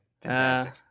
fantastic